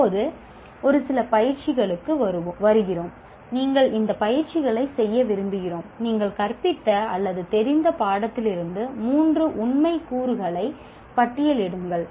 இப்போது ஒரு சில பயிற்சிகளுக்கு வருகிறோம் நீங்கள் இந்த பயிற்சிகளை செய்ய விரும்புகிறோம் நீங்கள் கற்பித்த அல்லது தெரிந்த பாடத்திலிருந்து மூன்று உண்மை கூறுகளை பட்டியலிடுங்கள்